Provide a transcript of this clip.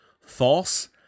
false